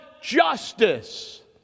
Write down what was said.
justice